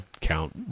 count